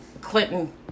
Clinton